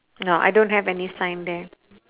no I don't have any sign there